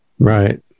Right